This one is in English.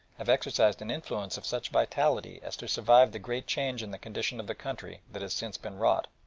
have exercised an influence of such vitality as to survive the great change in the condition of the country that has since been wrought.